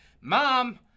Mom